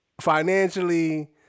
Financially